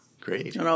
Great